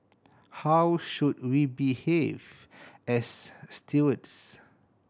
how should we behave as stewards